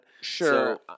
Sure